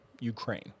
Ukraine